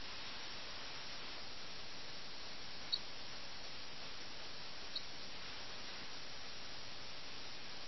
' 'നിങ്ങൾ ഒരു വിചിത്ര മനുഷ്യനാണ്